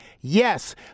Yes